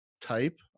type